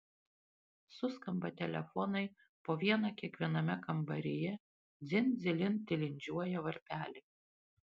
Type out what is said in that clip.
suskamba telefonai po vieną kiekviename kambaryje dzin dzilin tilindžiuoja varpeliai